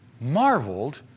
marveled